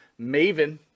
Maven